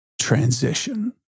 transition